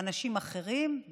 אנשים אחרים,